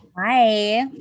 Hi